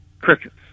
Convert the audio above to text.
crickets